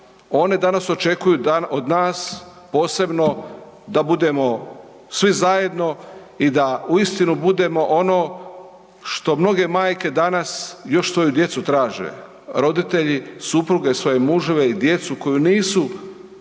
One danas očekuju da od nas posebno da budemo svi zajedno i da uistinu budemo ono što mnoge majke danas još svoju djecu traže, roditelji, supruge svoje muževe i djecu koju nisu